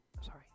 sorry